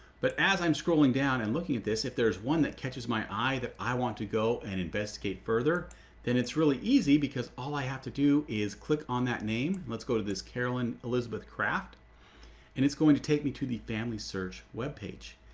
but as i'm scrolling down and looking at this if there's one that catches my eye that i want to go and investigate further then it's really easy because all i have to do is click on that name let's go to this carolyn elizabeth craft and it's going to take me to the family search webpage.